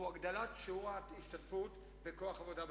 הגדלת שיעור ההשתתפות בכוח העבודה במשק.